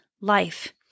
life